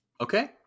Okay